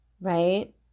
right